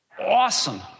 Awesome